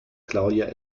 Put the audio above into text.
claudia